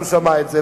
כשהוא שמע את זה,